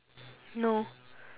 no